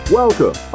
welcome